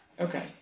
Okay